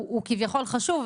הוא כביכול חשוב,